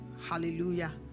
hallelujah